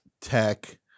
tech